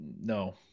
No